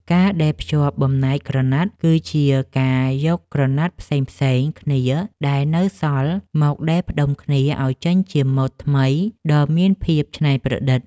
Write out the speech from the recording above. ការដេរភ្ជាប់បំណែកក្រណាត់ គឺជាការយកក្រណាត់ផ្សេងៗគ្នាដែលនៅសល់ មកដេរផ្គុំគ្នាឱ្យចេញជាម៉ូដថ្មីដ៏មានភាពច្នៃប្រឌិត។